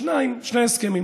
שניים, שני הסכמים.